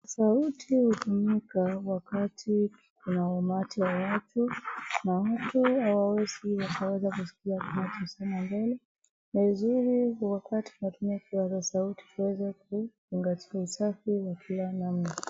Sauti hutumika wakati kuna umati ya watu, na watu hawawezi kusikia kinacho semwa mbele. Ni vizuri wakati unatumia kipaza sauti uweze kuangazia usafi wa kila namna.